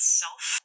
self